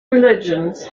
religions